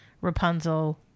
Rapunzel